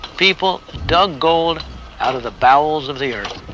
people dug gold out of the bowels of the earth.